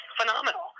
phenomenal